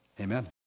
amen